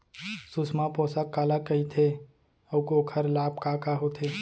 सुषमा पोसक काला कइथे अऊ ओखर लाभ का का होथे?